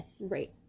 Right